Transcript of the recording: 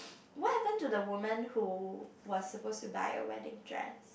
what happen to the woman who was supposed to buy a wedding dress